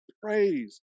praise